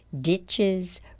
ditches